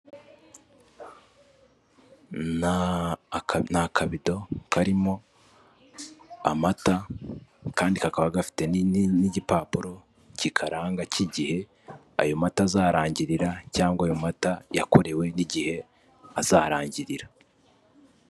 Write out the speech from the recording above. Ni akabido karimo amata kandi kakaba gafite n'igipapuro kikaranga cy'igihe ayo mata azarangirira cyangwa ayo mata yakorewe n'igihe azarangirira.